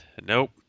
nope